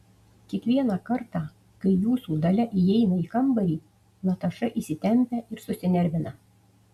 kiekvieną kartą kai jūsų dalia įeina į kambarį nataša įsitempia ir susinervina